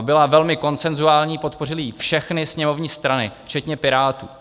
Byla velmi konsenzuální, podpořily ji všechny sněmovní strany včetně Pirátů.